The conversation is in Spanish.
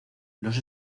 los